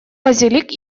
базилик